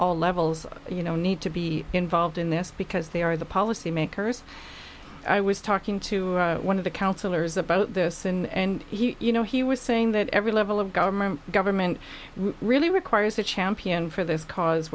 all levels you know need to be involved in this because they are the policymakers i was talking to one of the councillors about this and he you know he was saying that every level of government government really requires a champion for this cause